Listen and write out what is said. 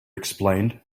explained